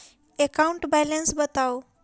account balance बताउ